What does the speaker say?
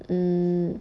mm